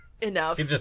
enough